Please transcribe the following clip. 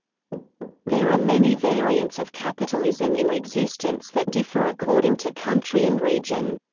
there are many variants of capitalism in existence that differ according to country and region.